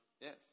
Yes